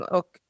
Och